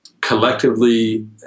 collectively